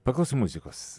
paklausom muzikos